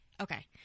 okay